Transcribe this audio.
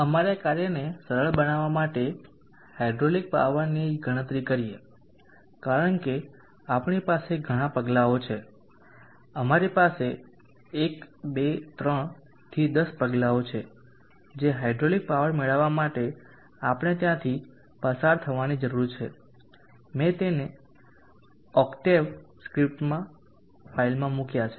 અમારા કાર્યને સરળ બનાવવા માટે હાઇડ્રોલિક પાવરની ગણતરી કરીએ કારણ કે આપણી પાસે ઘણા પગલાઓ છે અમારી પાસે 1 2 3 થી 10 પગલાઓ છે જે હાઈડ્રોલિક પાવર મેળવવા માટે આપણે ત્યાંથી પસાર થવાની જરૂર છે મેં તેમને ઓક્ટાવે સ્ક્રિપ્ટ ફાઇલમાં મૂક્યા છે